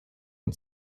und